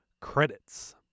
credits